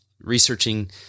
researching